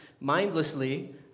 mindlessly